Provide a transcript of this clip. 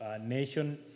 nation